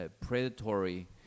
predatory